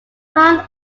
khan